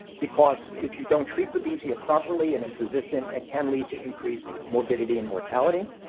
because if you don't treat babesia properly and it's resistant, it can lead to increase morbidity and mortality.